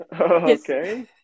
Okay